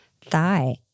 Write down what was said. thigh